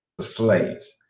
slaves